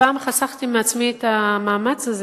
הפעם חסכתי לעצמי את המאמץ הזה.